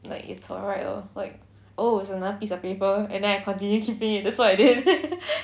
like it's alright lor like oh it's another piece of paper and then I continue keeping it that's what I did